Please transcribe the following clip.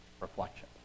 reflection